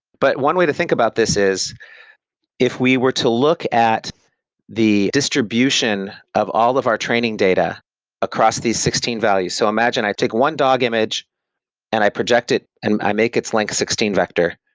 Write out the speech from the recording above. but one way to think about this is if we were to look at the distribution of all of our training data across these sixteen values, so imagine i take one dog image and i project it and i make its length sixteen vector,